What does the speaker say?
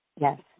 Yes